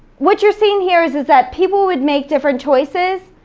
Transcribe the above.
what you're seeing here is is that people would make different choices,